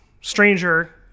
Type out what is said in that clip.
stranger